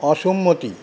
অসম্মতি